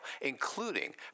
including